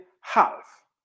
half